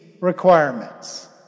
requirements